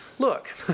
Look